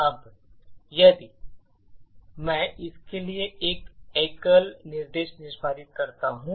अब यदि मैं इसके लिए एक एकल निर्देश निष्पादित करता हूं